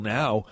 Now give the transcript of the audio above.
now